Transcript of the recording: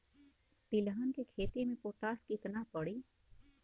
तिलहन के खेती मे पोटास कितना पड़ी?